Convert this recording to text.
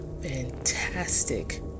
fantastic